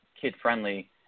kid-friendly